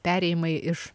perėjimai iš